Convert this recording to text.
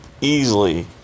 easily